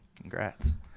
congrats